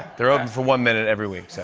they're open for one minute every week, so